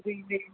புரியுது